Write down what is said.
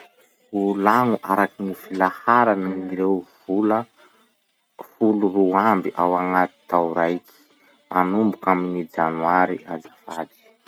Volagno araky gny filaharany ireo vola folo roa amby ao agnaty tao raiky, manomboky amy gny janoary azafady.